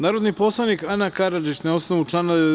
Narodni poslanik Ana Karadžić, na osnovu člana 92.